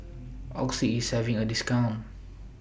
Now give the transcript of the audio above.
Oxy IS having A discount